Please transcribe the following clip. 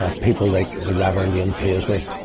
ah, people like the reverend ian paisley,